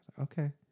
Okay